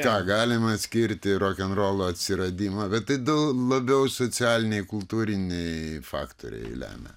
ką galima atskirti rokenrolo atsiradimą bet tai daug labiau socialiniai kultūriniai faktoriai lemia